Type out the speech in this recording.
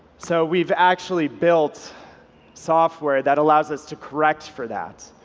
so we've actually built software that allows us to correct for that,